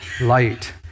light